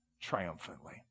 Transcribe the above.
triumphantly